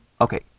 Okay